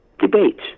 debate